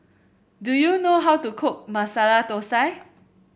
do you know how to cook Masala Thosai